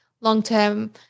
long-term